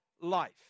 life